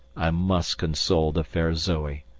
i must console the fair zoe!